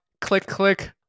click-click